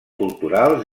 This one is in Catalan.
culturals